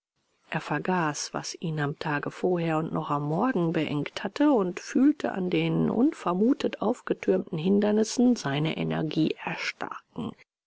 er vergaß was ihn am tage vorher und noch am morgen beengt hatte und fühlte an den unvermutet aufgetürmten hindernissen seine energie erstarken